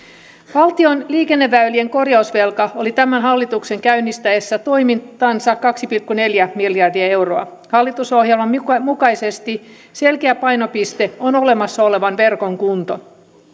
valtion liikenneväylien korjausvelka oli tämän hallituksen käynnistäessä toimintansa kaksi pilkku neljä miljardia euroa hallitusohjelman mukaisesti selkeä painopiste on olemassa olevan verkon kunto